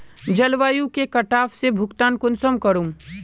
जलवायु के कटाव से भुगतान कुंसम करूम?